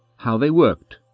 how they worked.